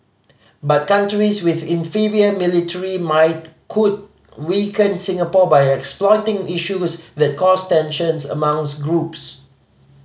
but countries with inferior military might could weaken Singapore by exploiting issues that cause tensions amongs groups